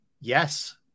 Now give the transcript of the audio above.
yes